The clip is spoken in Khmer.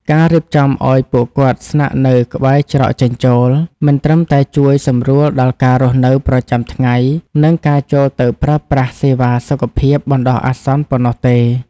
ការរៀបចំឱ្យពួកគាត់ស្នាក់នៅក្បែរច្រកចេញចូល មិនត្រឹមតែជួយសម្រួលដល់ការរស់នៅប្រចាំថ្ងៃ និងការចូលទៅប្រើប្រាស់សេវាសុខភាពបណ្ដោះអាសន្នប៉ុណ្ណោះទេ។